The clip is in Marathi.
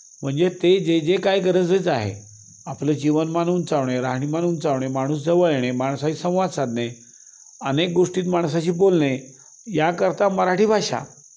म्हणजे ते जे जे काय गरजेचं आहे आपलं जीवनमान उंचावणे राहणीमान उंचावणे माणूस जवळ येणे माणसाशी संवाद साधणे अनेक गोष्टीत माणसाशी बोलणे याकरता मराठी भाषा